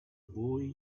boy